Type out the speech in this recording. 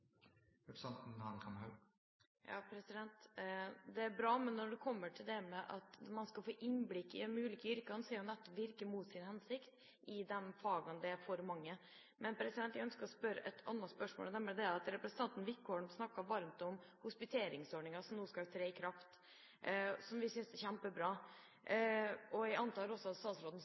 Det er bra. Men når det kommer til det med at man skal få innblikk i de ulike yrkene, vil det nettopp virke mot sin hensikt der det er for mange fag. Representanten Wickholm snakket varmt om hospiteringsordningen som nå skal tre i kraft, noe vi synes er kjempebra. Jeg antar at statsråden også støtter denne hospiteringsordningen. Men vi i Fremskrittspartiet foreslo faktisk i